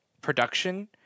production